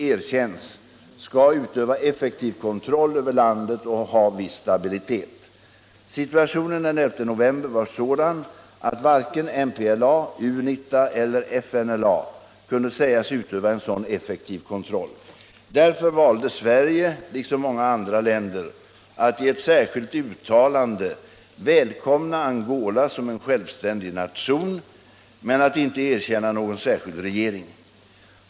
erkänns skall utöva effektiv kontroll över landet och ha viss stabilitet. Situationen den 11 november var sådan, att varken MPLA, UNITA eller FNLA kunde sägas utöva en sådan effektiv kontroll. Därför valde Sverige, liksom många andra länder, att i ett särskilt uttalande välkomna Angola som en självständig nation men att inte erkänna någon särskild regering.